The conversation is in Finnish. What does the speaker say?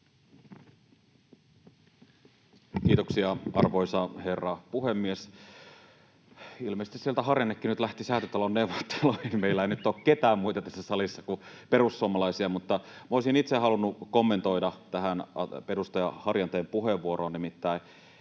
Kiitoksia, arvoisa herra puhemies! Ilmeisesti sieltä Harjannekin nyt lähti Säätytaloon neuvotteluihin — meillä ei nyt ole ketään muita tässä salissa kuin perussuomalaisia. Mutta minä olisin itse halunnut kommentoida tähän edustaja Harjanteen puheenvuoroon, nimittäin